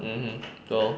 mmhmm 对 lor